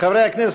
חברי הכנסת,